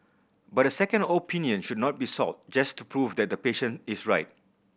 but a second opinion should not be sought just to prove that the patient is right